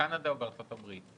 בקנדה ובארצות הברית".